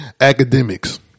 academics